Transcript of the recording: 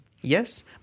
Yes